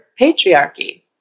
patriarchy